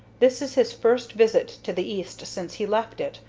this is his first visit to the east since he left it,